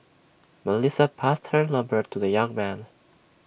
Melissa passed her number to the young man